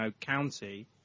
county